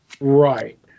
Right